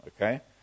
Okay